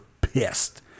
pissed